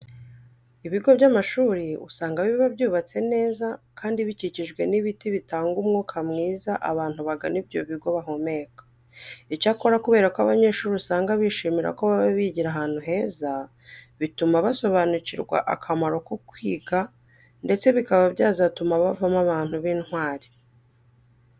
Ibigo by'amashuri usanga biba byubatse neza kandi bikikijwe n'ibiti bitanga umwuka myiza abantu bagana ibyo bigo bahumeka. Icyakora kubera ko abanyeshuri usanga bishimira ko baba bigira ahantu heza, bituma basobanukirwa akamaro ko kwiga ndetse bikaba byazatuma bavamo abantu b'intwari.